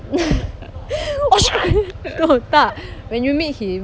no tak when you meet him